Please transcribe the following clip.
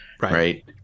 Right